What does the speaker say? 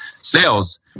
sales